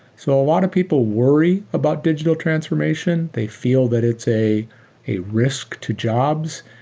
so a lot of people worry about digital transformation. they feel that it's a a risk to jobs.